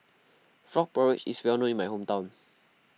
Frog Porridge is well known in my hometown